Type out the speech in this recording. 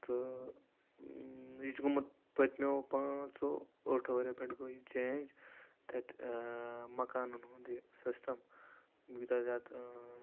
تہٕ یہِ چھُ گوٚمُت پٔتمیٚو پانٛژو ٲٹھو ؤریو پیٚٹھٕ گوٚو یہِ چینٛج تَتہِ مَکانَن ہُنٛد یہِ سِسٹَم واریاہ زیادٕ